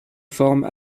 forme